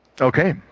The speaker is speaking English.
Okay